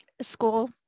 school